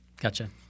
Gotcha